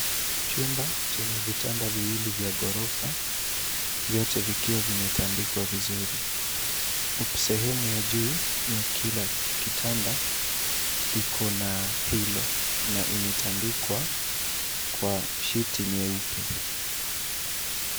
Chumba chenye vitanda viwili vya ghorofa, vyote vikiwa vimetandikwa vizuri. Sehemu ya juu ya kila kitanda iko na pillow na imeandikwa kwa shiti nyeupe.